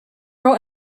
grow